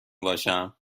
باشم